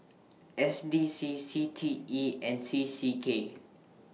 S D C C T E and C C K